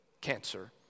Cancer